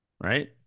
Right